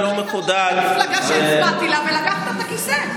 אתה היית במפלגה שהצבעתי לה ולקחת את הכיסא.